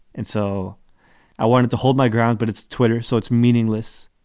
and so i wanted to hold my ground. but it's twitter, so it's meaningless.